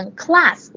class